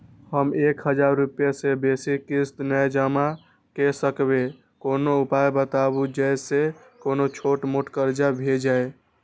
हम एक हजार रूपया से बेसी किस्त नय जमा के सकबे कोनो उपाय बताबु जै से कोनो छोट मोट कर्जा भे जै?